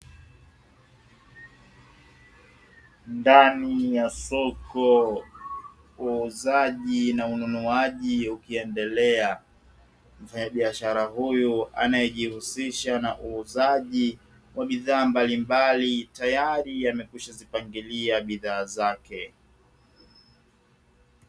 Ndani ya soko, uuzaji na ununuaji ukiendelea. Mfanyabiashara huyu anayejihusisha na uuzaji wa bidhaa mbalimbali, tayari amekwishazipangilia bidhaa zake.